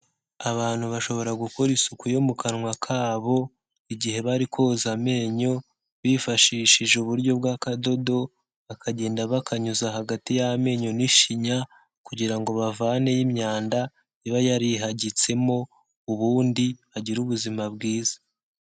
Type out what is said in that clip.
Abantu bashobora gukora isuku yo mu kanwa kabo igihe bari koza amenyo bifashishije uburyo bw'akadodo, bakagenda bakanyuza hagati y'amenyo n'ishinya kugira ngo bavaneho imyanda iba yarihagitsemo, ubundi bagire ubuzima bwiza.